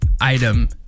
item